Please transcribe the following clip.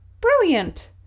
Brilliant